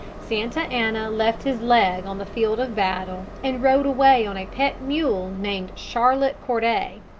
santa anna left his leg on the field of battle and rode away on a pet mule named charlotte corday.